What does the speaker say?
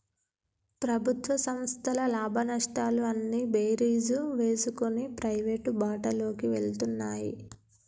ప్రభుత్వ సంస్థల లాభనష్టాలు అన్నీ బేరీజు వేసుకొని ప్రైవేటు బాటలోకి వెళ్తున్నాయి